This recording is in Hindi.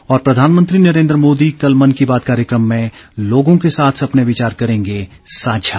और प्रधानमंत्री नरेंद्र मोदी कल मन की बात कार्यक्रम में लोगों के साथ अपने विचार करेंगे साझा